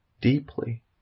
deeply